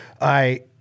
I-